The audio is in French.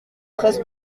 treize